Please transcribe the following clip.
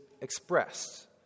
expressed